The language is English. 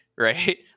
Right